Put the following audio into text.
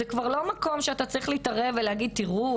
זה כבר לא מקום שאתה צריך להתערב ולהגיד - תראו,